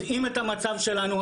יודעים את המצב שלנו.